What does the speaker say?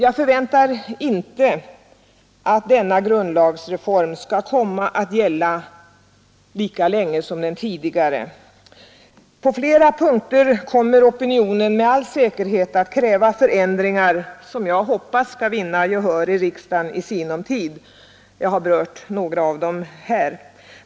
Jag förväntar inte att denna nya grundlag skall komma att gälla lika länge som den nuvarande har gjort. På flera punkter kommer opinionen med all erhet att kräva förändringar, som jag hoppas skall vinna gehör i riksdagen i sinom tid; jag har berört några av dem här.